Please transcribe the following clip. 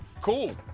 Cool